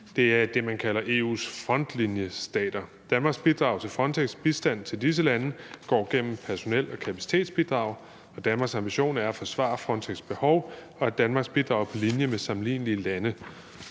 det er det, som man kalder EU's frontlinjestater. Danmarks bidrag til Frontex' bistand til disse lande går gennem personel- og kapacitetsbidrag, og Danmarks ambition er at forsvare Frontex' behov, og at Danmarks bidrag er på linje med sammenlignelige lande.